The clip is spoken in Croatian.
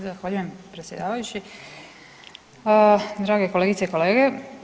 Zahvaljujem predsjedavajući, drage kolegice i kolege.